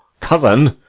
cousin,